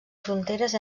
fronteres